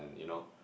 you know